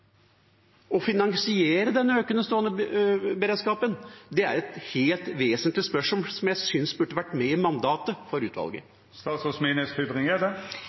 og finansiere den økende stående beredskapen. Det er et helt vesentlig spørsmål som jeg synes burde vært med i mandatet for